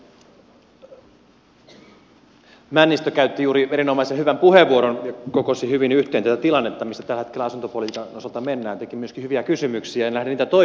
edustaja männistö käytti juuri erinomaisen hyvän puheenvuoron ja kokosi hyvin yhteen tätä tilannetta missä tällä hetkellä asuntopolitiikan osalta mennään teki myöskin hyviä kysymyksiä en lähde niitä toistamaan